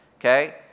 Okay